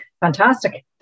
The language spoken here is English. Fantastic